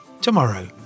tomorrow